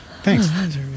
Thanks